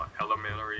elementary